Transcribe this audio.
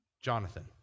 Jonathan